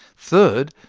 third,